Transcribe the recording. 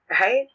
right